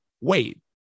wait